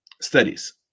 studies